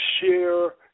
share